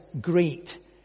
great